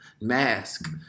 Mask